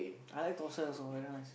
I like thosai also very nice